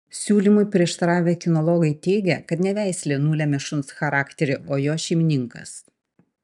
siūlymui prieštaravę kinologai teigia kad ne veislė nulemia šuns charakterį o jo šeimininkas